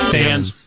dance